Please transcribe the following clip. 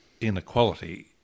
inequality